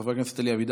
חבר הכנסת אלי אבידר,